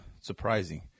Surprising